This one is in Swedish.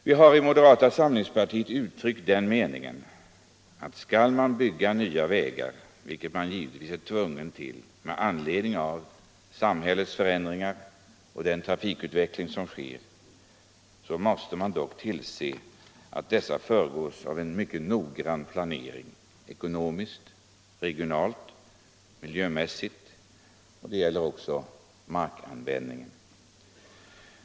Vi har i moderata samlingspartiet uttryckt den meningen att skall man bygga nya vägar, vilket man givetvis är tvungen att göra med anledning av samhällets förändringar och trafikutvecklingen, måste man dock tillse att dessa projekt föregås av en mycket noggrann planering, ekonomiskt, regionalt, miljömässigt och även när det gäller markanvändningen.